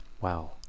Wow